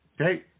Okay